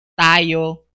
tayo